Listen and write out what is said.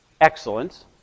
Excellence